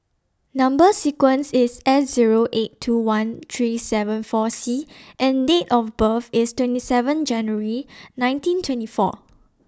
Number sequence IS S Zero eight two one three seven four C and Date of birth IS twenty seven January nineteen twenty four